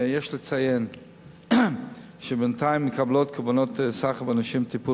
יש לציין שבינתיים מקבלות קורבנות סחר בנשים טיפול